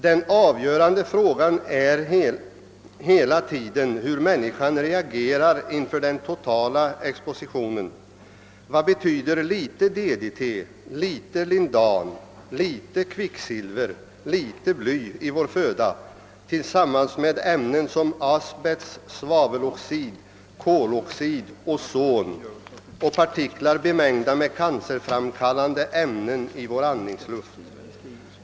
Den avgörande frågan är hela tiden hur människan reagerar inför den totala expositionen. Vad betyder litet DDT, litet lindan, litet kvicksilver, litet bly i vår föda tillsammans med ämnen som asbest, svaveldioxid, koldioxid, ozon och partiklar bemängda med cancerframkallande ämnen i vår andningsluft?